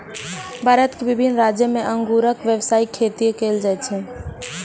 भारतक विभिन्न राज्य मे अंगूरक व्यावसायिक खेती कैल जाइ छै